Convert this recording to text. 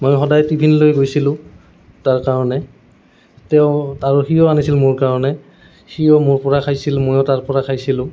মই সদায় টিফিন লৈ গৈছিলোঁ তাৰ কাৰণে তেওঁ তাৰ সিও আনিছিল মোৰ কাৰণে সিয়ো মোৰপৰা খাইছিল ময়ো তাৰপৰা খাইছিলোঁ